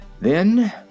Then